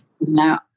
Now